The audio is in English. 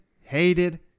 hated